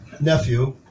nephew